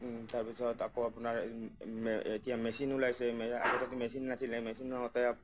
তাৰ পিছত আকৌ আপোনাৰ এতিয়া মেচিন ওলাইছে আগতেতো মেচিন নাছিলে মেচিন নহওঁতে